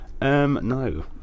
No